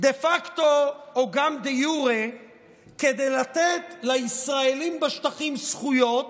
דה פקטו או גם דה יורה כדי לתת לישראלים בשטחים זכויות,